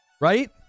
Right